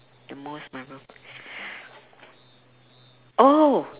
the most memora~ oh